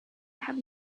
have